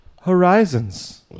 Horizons